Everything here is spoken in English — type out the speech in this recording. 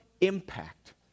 impact